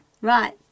Right